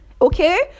okay